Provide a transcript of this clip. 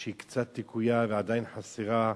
היא קצת לקויה ועדיין חסרה,